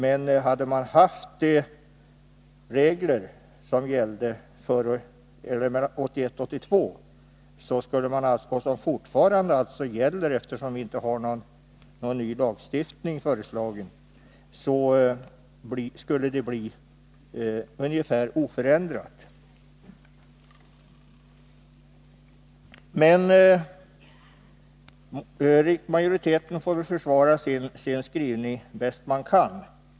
Men om man hade haft de regler som gällde 1981-1982 och som fortfarande gäller, eftersom vi inte har någon ny lagstiftning föreslagen, skulle basbeloppet bli ungefär oförändrat. Majoriteten får försvara sin skrivning bäst den kan.